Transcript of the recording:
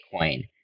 Bitcoin